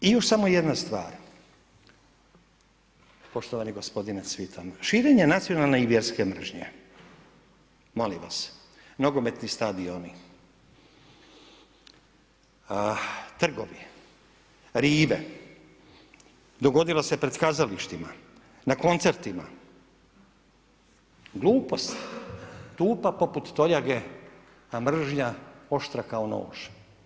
I još samo jedna stvar poštovani gospodine Cvitan, širenje nacionalne i vjerske mržnje, molim vas, nogometni stadioni, trgovi, rive, dogodilo se pred kazalištima, na koncertima, glupost, tupa poput toljage ta mržnja oštra kao nož.